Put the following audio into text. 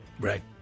Right